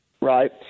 right